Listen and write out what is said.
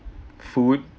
food